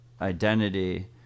identity